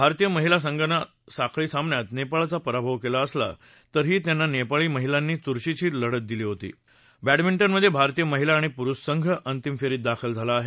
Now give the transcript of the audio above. भारतीय महिला संघानं साखळी सामन्यात नेपाळचा पराभव केला असला तरीही त्यांना नेपाळी महिलांनी चुरशीची लढत दिली होती बॅडमिंटनमधे भारतीय महिला आणि पुरुष संघ अंतिम फेरीत दाखल झाला आहे